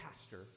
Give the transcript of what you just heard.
pastor